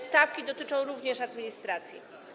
Stawki dotyczą również administracji.